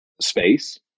space